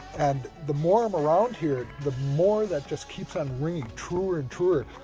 and the more i'm around here, the more that just keeps on ringing truer and truer.